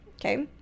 okay